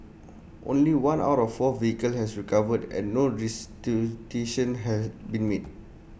only one out of four vehicles has recovered and no had been made